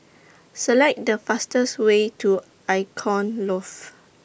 Select The fastest Way to Icon Loft